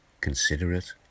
considerate